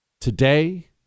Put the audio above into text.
Today